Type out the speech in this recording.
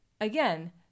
Again